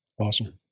Awesome